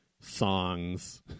songs